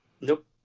Nope